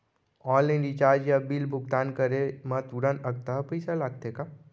Online recharge या bill भुगतान करे मा तुरंत अक्तहा पइसा लागथे का?